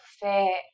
fair